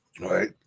Right